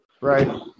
Right